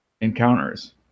encounters